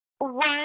One